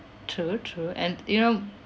true true and you know